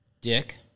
Dick